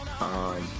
on